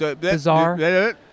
bizarre